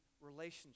relationship